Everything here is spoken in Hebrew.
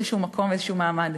איזשהו מקום ואיזשהו מעמד.